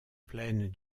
plaine